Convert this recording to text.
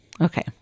Okay